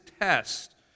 test